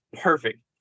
perfect